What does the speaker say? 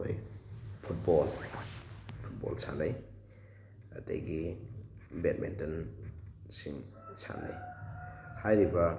ꯑꯩꯈꯣꯏ football football ꯁꯥꯟꯅꯩ ꯑꯗꯒꯤ ꯕꯦꯠꯃꯤꯟꯇꯟ ꯁꯤꯡ ꯁꯥꯟꯅꯩ ꯍꯥꯏꯔꯤꯕ